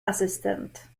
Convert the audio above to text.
assistant